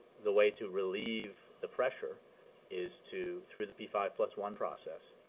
the way to relieve the pressure is to through the p five plus one process,